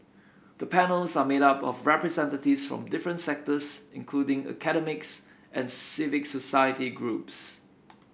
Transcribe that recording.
the panels are made up of representatives from different sectors including academics and civic society groups